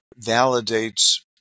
validates